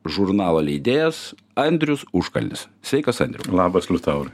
žurnalo leidėjas andrius užkalnis sveikas andriau labas liutaurai